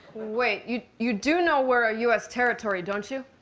wait. you you do know we're a u s. territory don't you.